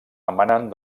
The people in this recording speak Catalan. emanen